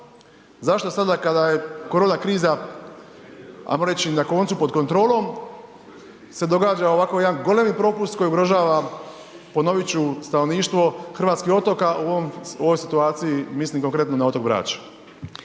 zašto sada kada je korona kriza ajmo reći na koncu pod kontrolom se događa ovako jedan golemi propust koji ugrožava, ponovit ću stanovništvo hrvatskih otoka u ovoj situaciji mislim konkretno na otok Brač?